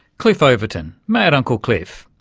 cliff overton, mad uncle cliff.